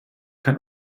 kein